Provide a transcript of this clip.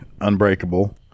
Unbreakable